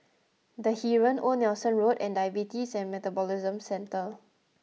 the Heeren Old Nelson Road and Diabetes and Metabolism Centre